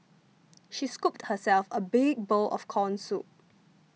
she scooped herself a big bowl of Corn Soup